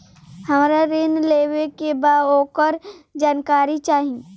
हमरा ऋण लेवे के बा वोकर जानकारी चाही